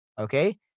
Okay